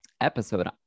episode